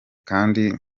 kandi